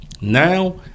Now